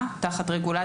כי זה יהיה תחת פקודה.